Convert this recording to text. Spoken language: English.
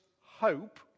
hope